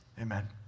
Amen